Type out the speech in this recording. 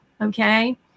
okay